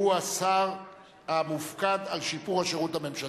שהוא השר המופקד על שיפור השירות הממשלתי.